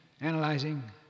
analyzing